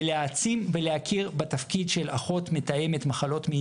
ולהעצים ולהכיר בתפקיד של אחות מתאמת מחלות מעי